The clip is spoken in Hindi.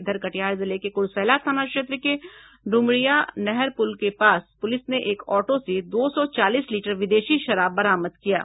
इधर कटिहार जिले के कुरसेला थाना क्षेत्र के ड्मरिया नहर पुल के पास पुलिस ने एक ऑटो से दो सौ चालीस लीटर विदेशी शराब बरामद किया है